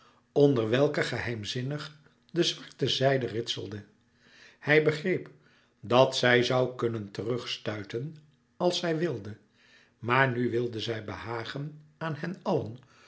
onder welke geheimzinnig de zwarte zijde ritselde hij begreep dat zij zoû kunnen terugstuiten als zij wilde maar nu wilde zij behagen aan hen allen